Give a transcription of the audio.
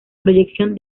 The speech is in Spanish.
proyección